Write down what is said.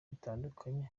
bitandukanye